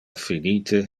finite